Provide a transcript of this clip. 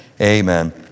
Amen